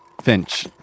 Finch